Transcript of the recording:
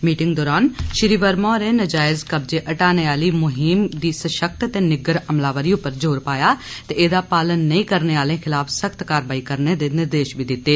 meeting दौरान वर्मा होरें नजैज कब्जे हटाने आहली मुहीम दी सशक्त ते निग्गर अमलावरी उप्पर जोर पाया ते एहदा पालन नेईं करने आले खिलाफ सख्त कारवाई करने दे निर्देश बी दिते